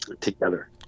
together